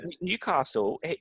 Newcastle